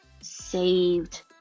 saved